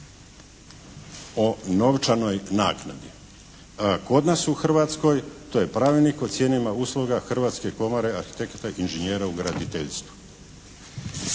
o novčanoj naknadi." Kod nas u Hrvatskoj to je pravilnik o cijenama usluga Hrvatske komore arhitekata i inžinjera i graditeljstvu.